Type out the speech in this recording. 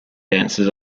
dances